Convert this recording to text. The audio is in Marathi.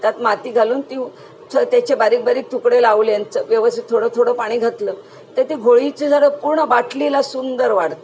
त्यात माती घालून ती त्याचे बारीक बारीक तुकडे लावले अन व्यवस्थित थोडं थोडं पाणी घातलं तर ते घोळीचं झाडं पूर्ण बाटलीला सुंदर वाढतात